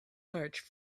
large